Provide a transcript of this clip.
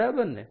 બરાબર ને